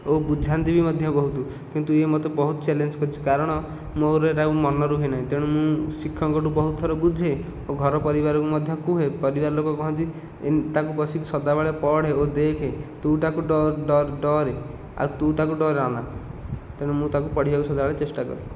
ଓ ବୁଝାନ୍ତି ବି ମଧ୍ୟ ବହୁତ କିନ୍ତୁ ଇଏ ମୋତେ ବହୁତ ଚାଲେଞ୍ଜ କରିଛି କାରଣ ମୋର ଏଗୁଡ଼ାକ ଆଉ ମନେ ରୁହେ ନାହିଁ ତେଣୁ ମୁଁ ଶିକ୍ଷକଙ୍କ ଠାରୁ ବହୁତ ଥର ବୁଝେ ଓ ଘର ପରିବାରଙ୍କୁ ମଧ୍ୟ କୁହେ ପରିବାର ଲୋକ କୁହନ୍ତି ତାକୁ ବସିକି ସଦାବେଳେ ପଢ଼େ ଓ ଦେଖେ ତୁ ତାକୁ ଡର ଡରେ ଆଉ ତୁ ତାକୁ ଡରାନା ତେଣୁ ମୁଁ ତାକୁ ପଢ଼ିବାକୁ ସଦାବେଳେ ଚେଷ୍ଟା କରେ